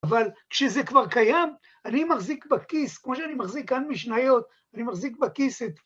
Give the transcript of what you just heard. אבל כשזה כבר קיים, אני מחזיק בכיס, כמו שאני מחזיק כאן משניות, אני מחזיק בכיס את...